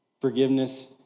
Forgiveness